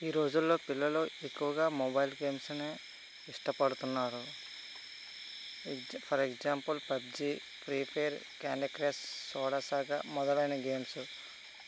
ఈ రోజులలో పిల్లలు ఎక్కువగా మొబైల్ గేమ్స్ ఇష్టపడుతున్నారు for example PUBG Free Fire Candy Crush Soda Saga మొదలైన గేమ్స్